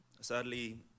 sadly